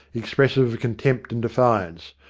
expressive of contempt and defiance.